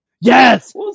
Yes